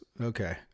Okay